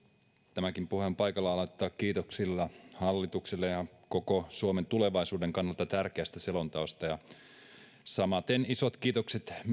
tämäkin puhe on paikallaan aloittaa kiitoksilla hallitukselle koko suomen tulevaisuuden kannalta tärkeästä selonteosta samaten isot kiitokset